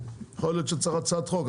יכול להיות שצריך הצעת חוק,